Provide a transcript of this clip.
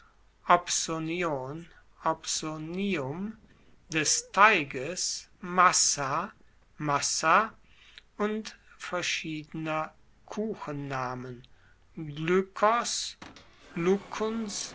des teiges massa und verschiedener kuchennamen